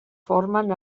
formen